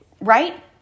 right